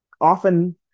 often